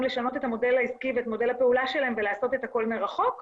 לשנות את המודל העסקי ואת מודל הפעולה שלהם ולעשות את הכל מרחוק.